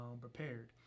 prepared